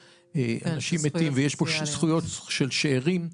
אנשים מתים ויש זכויות של שאירים --- כן,